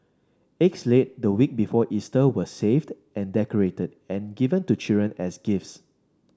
eggs laid the week before Easter were saved and decorated and given to children as gifts